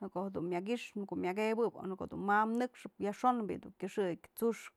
në ko'o jedun myak i'ixë myak ebëb o në ko'o dun ma nëkxëp, yajxon bi'i dun kyëxëk t'su'uxk.